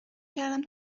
کردم